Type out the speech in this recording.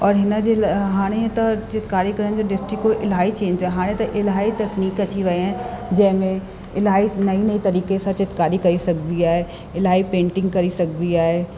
और हिन जे हाणे त चित्रकारी करण जी दृष्टिकोण इलाही चेंज हाणे त इलाही तकनीक अची विया आहिनि जंहिंमें इलाही नई नई तरीक़े सां चित्रकारी करे सघबी आहे इलाही पेंटिंग करे सघबी आहे